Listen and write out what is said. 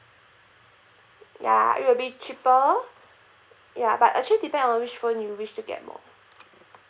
ya it will be cheaper ya but actually depend on which phone you wish to get more